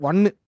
One